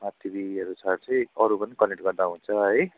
smart टिभीहरू छ चाहिँ अरू पनि कनेक्ट गर्दा हुन्छ है